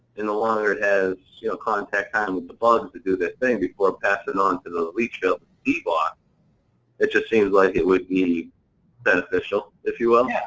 and the longer it has contact time with the bugs to do their thing before passing on to the the leach ah um field, but it just seems like it would be beneficial, if you will.